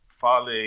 Fale